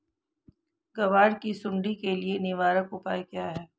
ग्वार की सुंडी के लिए निवारक उपाय क्या है?